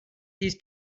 hieß